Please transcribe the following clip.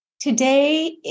Today